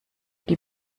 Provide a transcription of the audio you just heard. die